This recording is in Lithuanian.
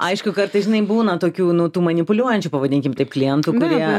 aišku kartais žinai būna tokių nu tų manipuliuojančių pavadinkim taip klientų kurie